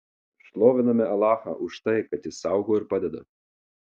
šloviname alachą už tai kad jis saugo ir padeda